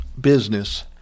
business